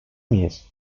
miyiz